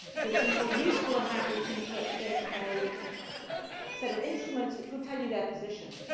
to be more useful in that, we can put in a set of instruments which will tell you their position.